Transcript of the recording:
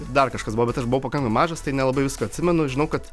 ir dar kažkas buvo bet aš buvau pakankamai mažas tai nelabai viską atsimenu žinau kad